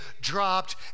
dropped